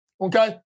Okay